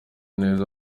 neza